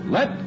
Let